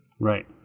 Right